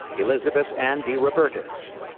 elizabeth ann de rubertis,